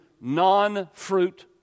non-fruit